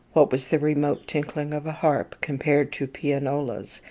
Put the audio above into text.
what was the remote tinkling of a harp, compared to pianolas,